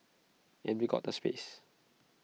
and we've got the space